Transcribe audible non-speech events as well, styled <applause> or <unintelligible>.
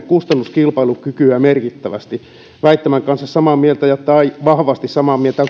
<unintelligible> kustannuskilpailukykyä merkittävästi väittämän kanssa samaa mieltä tai vahvasti samaa mieltä